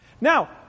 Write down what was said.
Now